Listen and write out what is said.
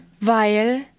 weil